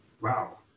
wow